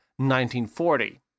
1940